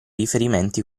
riferimenti